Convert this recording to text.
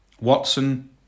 Watson